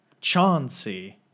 Chauncey